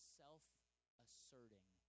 self-asserting